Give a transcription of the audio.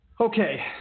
Okay